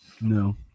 no